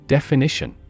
Definition